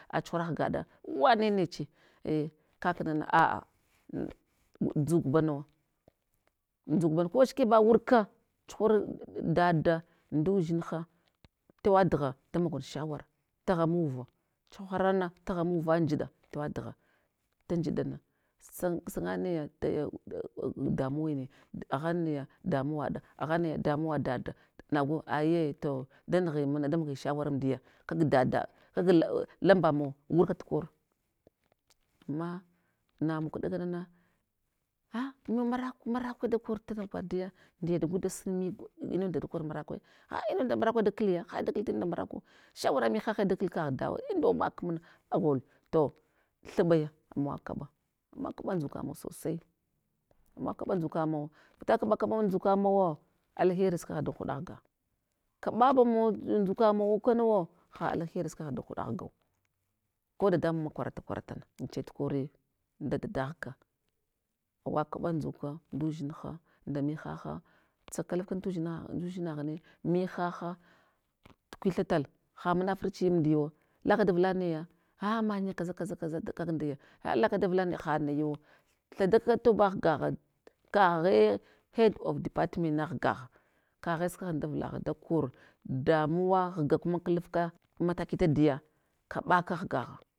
A chuhura ghgada, wane neche a kakna na aa ndzuk banawa, adzukba nawa ko anshikaba wurka, chuhur dada ndudzinha, tewaɗgha da mog shawara taghan muva, chaharana taghan muva njiɗa tewadigha tan ndzuɗa na san san ganaya damuwine, agha naya damuwa ɗa aghanaya damuwa dada nagu aye to danughi muna da mogi shawa ramdiya, kag dada, kag la lambamawa wurka tukor. Ama namau kɗa kanana a mu maraku, maraku ka da kortana gwaɗ ndiya, ndayaɗ guda sunmi mun da da kor marakwe, ah munda marakwe da kliya haɗidakal tinunda mavaku shewara mihahe da kalkagh daw, mdau makmuna agol, to thubaya awa kaɓa, amawa kaɓa ndzukamawa sosai, amawa kaɓa ndzukamawa vita kaɓa kaɓa mun dzuka mawo, alheri sukwagh dan huda ghga, kaɓa mawa ndzukamawu kanawo, ha alheri sukwagha dan huɗa ghgau, ko dada mumma kwarata kwaratana, neche tukeri nda dada ghga, awa kaɓa ndzuka ndudzinha, nda mihaha, tsakalaf kun tudzina, ndudzinaghune, mihaha tukwiltha lala, ha munafurchi amdiya wo, laka davla naya a manya kaza kaza kaza kak ndaya a alaka davla naya had nayuwo, thadaka toba ghgagha kaghe head of department na aghga gh, kaghe sukwaghal davlagh da kor damuwa ghga kuma klafka mataki ta diya, kaɓaka ghagha.